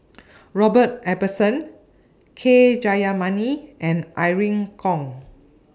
Robert Ibbetson K Jayamani and Irene Khong